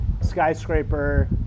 skyscraper